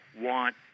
want